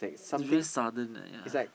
it's very sudden like ya